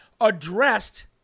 addressed